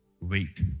wait